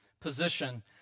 position